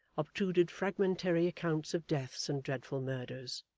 obtruded fragmentary accounts of deaths and dreadful murders.